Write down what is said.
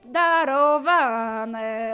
darowane